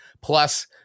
plus